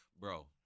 Bro